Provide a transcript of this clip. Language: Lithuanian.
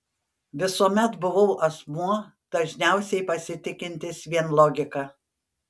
visuomet buvau asmuo dažniausiai pasitikintis vien logika